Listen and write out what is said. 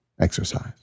exercise